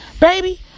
Baby